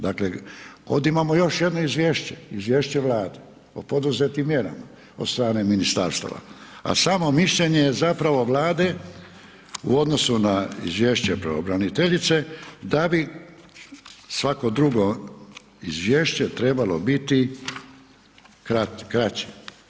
Dakle, ovdje imamo još jedno izvješće, izvješće Vlade o poduzetim mjerama od strane ministarstava, a samo mišljenje je zapravo Vlade u odnosu na izvješće pravobraniteljice da bi svako drugo izvješće trebao biti kraće.